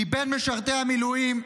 מבין משרתי המילואים,